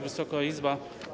Wysoka Izbo!